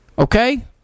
Okay